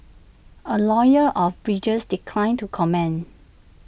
A lawyer of bridges declined to comment